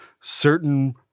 certain